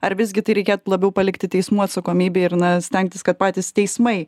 ar visgi tai reikėtų labiau palikti teismų atsakomybei ir na stengtis kad patys teismai